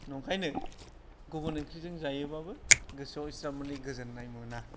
ओंखायनो गुबुन ओंख्रिजों जायोबाबो गोसोआव इसिग्राबमानि गोजोननाय मोना